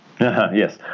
Yes